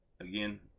again